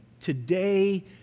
Today